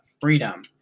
freedom